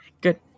good